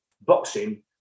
boxing